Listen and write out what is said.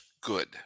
good